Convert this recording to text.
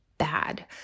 bad